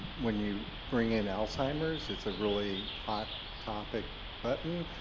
when you bring in alzheimer it's a really hot topic button.